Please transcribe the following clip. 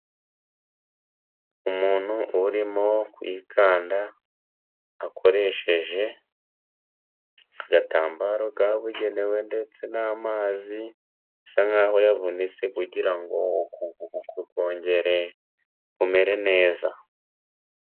Umuntu urimo kwikanda akoresheje agatambaro kabugenewe ndetse n'amazi, bisa nkaho yavunitse kugira ngo ukuguru kwe kongere kumere neza.